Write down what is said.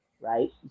right